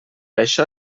això